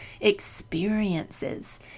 experiences